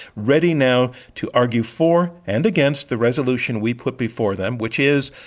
ready now to argue for and against the resolution we put before them, which is,